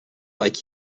like